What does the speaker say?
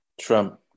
Trump